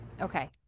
Okay